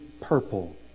purple